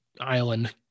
island